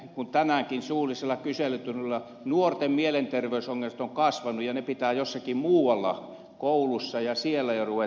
kuten tänäänkin suullisella kyselytunnilla todettiin nuorten mielenterveysongelmat ovat kasvaneet ja ne pitää jossakin muualla koulussa ja siellä jo ruveta hoitamaan